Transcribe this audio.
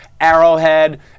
Arrowhead